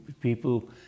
people